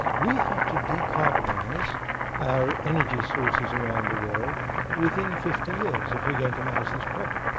we have to decarbonise our energy sources around the world within fifty years if we're going to manage this problem.